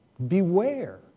Beware